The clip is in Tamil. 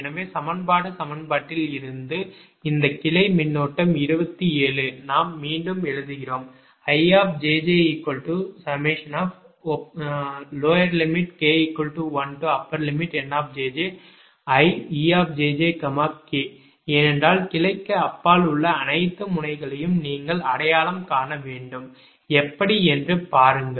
எனவே சமன்பாடு சமன்பாட்டில் இருந்து இந்த கிளை மின்னோட்டம் 27 நாம் மீண்டும் எழுதுகிறோம் Ijjk1Niejjk ஏனென்றால் கிளைக்கு அப்பால் உள்ள அனைத்து முனைகளையும் நீங்கள் அடையாளம் காண வேண்டும் எப்படி என்று பாருங்கள்